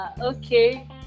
okay